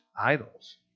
idols